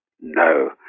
No